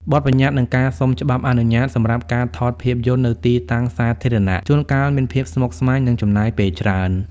បទប្បញ្ញត្តិ និងការសុំច្បាប់អនុញ្ញាតសម្រាប់ការថតភាពយន្តនៅទីតាំងសាធារណៈ ជួនកាលមានភាពស្មុគស្មាញ និងចំណាយពេលច្រើន។